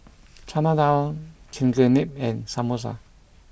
Chana Dal Chigenabe and Samosa